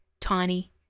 Tiny